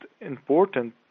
important